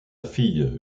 fille